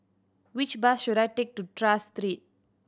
which bus should I take to Tras Street